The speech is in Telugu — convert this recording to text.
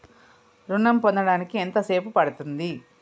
ఋణం పొందడానికి ఎంత సేపు పడ్తుంది?